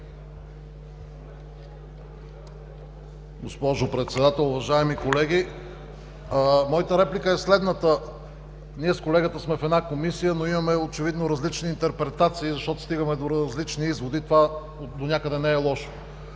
Госпожо Председател, уважаеми колеги! Мята реплика е следната. Ние с колегата сме в една Комисия, но имаме очевидно различни интерпретации, защото стигаме до различни изводи, а това донякъде не е лошо.